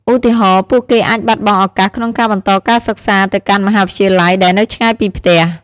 ឧទាហរណ៍ ពួកគេអាចបាត់បង់ឱកាសក្នុងការបន្តការសិក្សាទៅកាន់មហាវិទ្យាល័យដែលនៅឆ្ងាយពីផ្ទះ។